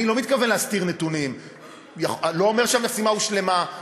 אני לא מתכוון להסתיר נתונים ולא אומר שהמשימה הושלמה.